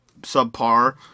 subpar